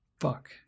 Fuck